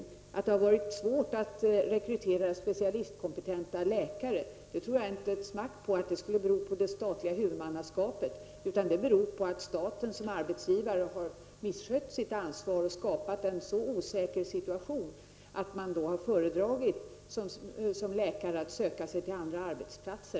Jag tror inte ett dugg på att svårigheterna med att rekrytera specialistkompetenta läkare skulle bero på det statliga huvudmannaskapet. I stället beror svårigheterna på att staten som arbetsgivare har misskött sitt ansvar och därmed skapat en så osäker situation att läkare har föredragit att söka sig till andra arbetsplatser.